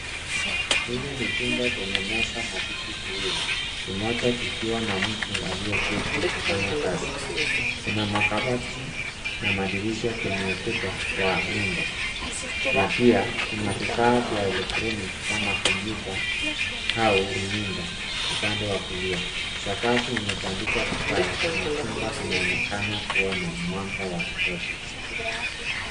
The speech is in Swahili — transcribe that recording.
Hili ni chumba chenye meza na viti viwili kimoja kikiwa na mtu aliyeketi akifanya kazi, kuna makabati na madirisha kwenye ukuta wa nyumba na pia kuna vifaa vya electroniki kama komputa au runinga upande wa kulia. Sakafu imetandikwa vigae na chumba kinaonekana kuwa na mwanga wa kutosha.